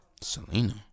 Selena